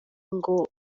ngo